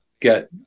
get